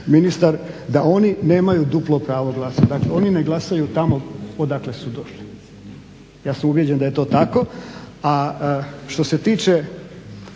da oni nemaju duplo pravo glasa, dakle oni ne glasaju tamo odakle su došli. Ja sam ubjeđen da je to tako. A što se tiče